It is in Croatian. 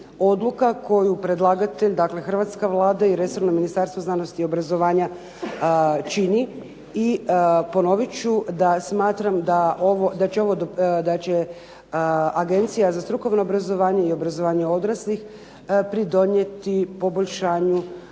koju predlagatelj, dakle hrvatska Vlada i resorno Ministarstvo znanosti i obrazovanja čini. I ponovit ću da smatram da će Agencija za strukovno obrazovanje i Agencija za obrazovanje odraslih pridonijeti poboljšanju